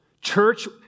Church